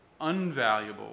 unvaluable